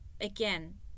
again